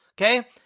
Okay